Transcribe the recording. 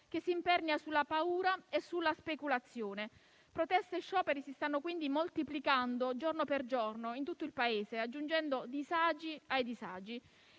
che si impernia sulla paura e sulla speculazione. Proteste e scioperi si stanno quindi moltiplicando giorno per giorno in tutto il Paese, aggiungendo disagi ai disagi.